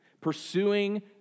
pursuing